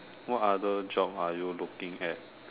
what other job are you looking at